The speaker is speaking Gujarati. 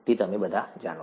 તે તમે બધા જાણો છો